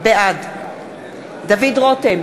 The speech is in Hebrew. בעד דוד רותם,